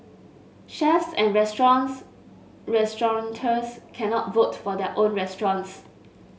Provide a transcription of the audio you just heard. chefs and restaurants restaurateurs cannot vote for their own restaurants